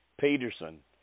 Peterson